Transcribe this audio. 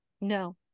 No